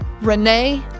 renee